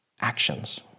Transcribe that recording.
actions